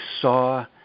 saw